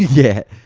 yeah,